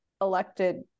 elected